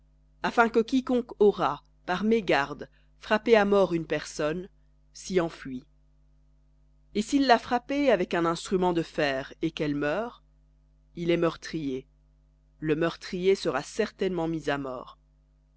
afin que quiconque aura par mégarde frappé à mort une personne s'y enfuie et s'il l'a frappée avec un instrument de fer et qu'elle meure il est meurtrier le meurtrier sera certainement mis à mort